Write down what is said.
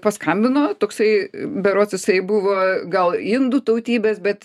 paskambino toksai berods jisai buvo gal indų tautybės bet